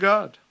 God